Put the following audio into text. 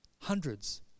Hundreds